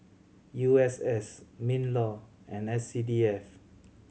U S S MinLaw and S C D F